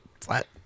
flat